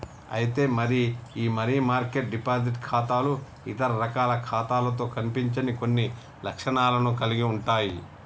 అయితే మరి ఈ మనీ మార్కెట్ డిపాజిట్ ఖాతాలు ఇతర రకాల ఖాతాలతో కనిపించని కొన్ని లక్షణాలను కలిగి ఉంటాయి